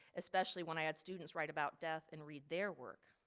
especially when i had students write about death and read their work.